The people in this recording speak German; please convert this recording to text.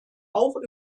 auch